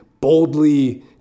boldly